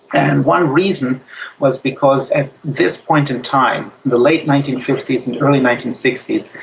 and one reason was because at this point in time, the late nineteen fifty s and early nineteen sixty s,